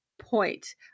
point